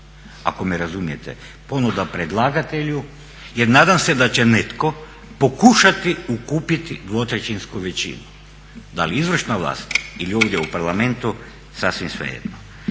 ako me razumijete. Ponuda predlagatelju jer nadam se da će netko pokušati ukupiti 2/3-sku većinu, da li izvršna vlast ili ovdje u parlamentu, sasvim svejedno.